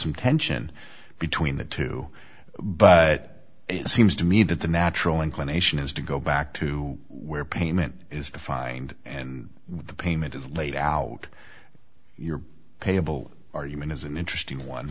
some tension between the two but it seems to me that the natural inclination is to go back to where payment is defined and what the payment is laid out your payable argument is an interesting one